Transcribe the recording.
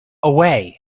away